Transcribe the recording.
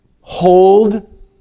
hold